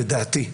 לדעתי,